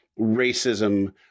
racism